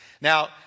Now